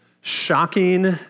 shocking